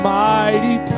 mighty